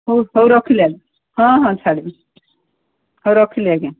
ହଉ ହଉ ରଖିଲି ଆଜ୍ଞା ହଁ ହଁ ଛାଡ଼ିବେ ହଉ ରଖିଲି ଆଜ୍ଞା